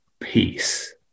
peace